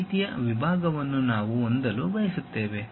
ಈ ರೀತಿಯ ವಿಭಾಗವನ್ನು ನಾನು ಹೊಂದಲು ಬಯಸುತ್ತೇನೆ